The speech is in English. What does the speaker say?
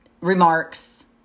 remarks